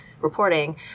reporting